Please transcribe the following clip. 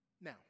Now